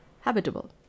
habitable